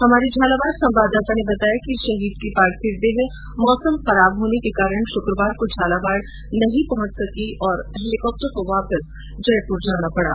हमारे झालावाड संवाददाता ने बताया कि शहीद की पार्थिव देह मौसम खराब होने के कारण शुक्रवार को झालावाड़ नहीं पहुंच सकी और हैलिकॉप्टर को वापस जयपुर जाना पड़ा